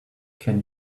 can